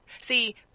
See